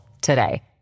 today